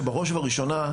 שבראש ובראשונה,